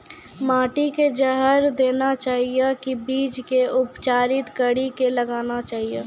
माटी मे जहर देना चाहिए की बीज के उपचारित कड़ी के लगाना चाहिए?